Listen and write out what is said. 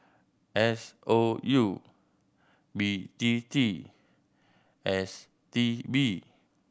S O U B T T and S T B